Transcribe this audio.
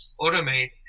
automate